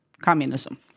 communism